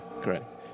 correct